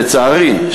לצערי,